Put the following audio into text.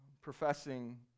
professing